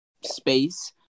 space